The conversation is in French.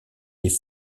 les